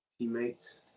Teammates